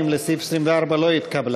2 לסעיף 24 לא התקבלה.